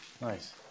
Nice